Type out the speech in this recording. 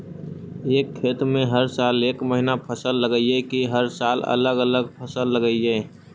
एक खेत में हर साल एक महिना फसल लगगियै कि हर साल अलग अलग फसल लगियै?